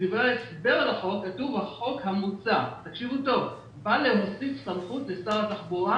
בדברי ההסבר לחוק כתוב: החוק המוצע בא להוסיף סמכות לשר התחבורה